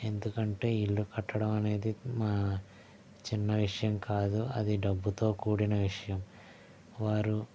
ఎందుకంటే ఇల్లు కట్టడం అనేది మా చిన్న విషయం కాదు అది డబ్బుతో కూడిన విషయం వారు